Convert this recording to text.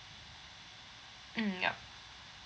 mm yup